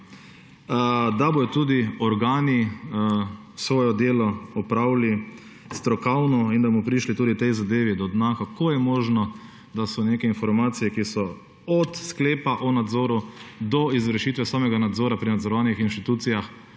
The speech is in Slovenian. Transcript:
kaznivih dejanj – svoje delo opravili strokovno in da bomo prišli tudi tej zadevi do dna, kako je možno, da so neke informacije, ki so od sklepa o nadzoru do izvršitve samega nadzora pri nadzorovanih inštitucijah,